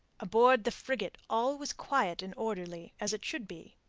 aboard the frigate all was quiet and orderly as it should be.